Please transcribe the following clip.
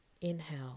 inhale